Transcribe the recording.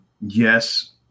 Yes